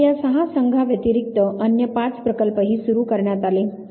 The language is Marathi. आता या सहा संघांव्यतिरिक्त अन्य पाच प्रकल्पही सुरू करण्यात आले